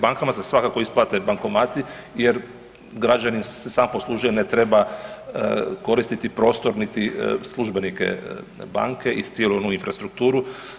Bankama se svakako isplate bankomati, jer građani se sami poslužuju, ne treba koristiti prostor niti službenike banke i cijelu infrastrukturu.